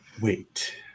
Wait